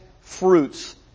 fruits